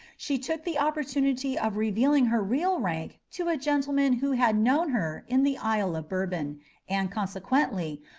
she took the opportunity of revealing her real rank to a gentleman who had known her in the isle of bourbon and, consequently,